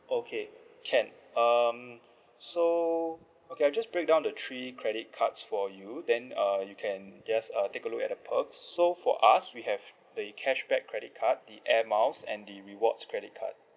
okay can um so okay I'll just break down the three credit cards for you then uh you can just uh take a look at the perks so for us we have the cashback credit card the Air Miles and the rewards credit card